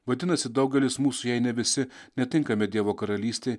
vadinasi daugelis mūsų jei ne visi netinkami dievo karalystei